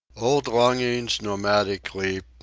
old longings nomadic leap,